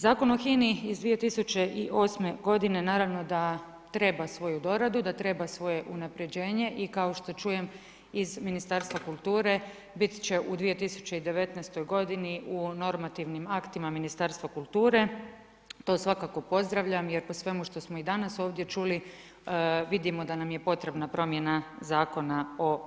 Zakon o HINA-i iz 2008. godine naravno da treba svoju doradu, da treba svoje unapređenje i kao što čujem iz Ministarstva kulture, bit će u 2019. godini u normativnim aktima Ministarstva kulture, to svakako pozdravljam jer po svemu što smo i danas ovdje čuli, vidimo da nam je potrebna promjena Zakona o